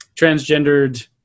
transgendered